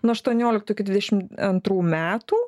nuo aštuonioliktų iki dvidešim antrų metų